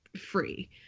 free